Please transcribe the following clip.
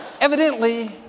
evidently